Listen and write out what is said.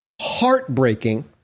heartbreaking